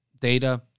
data